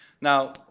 Now